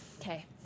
Okay